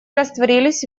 растворились